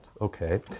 Okay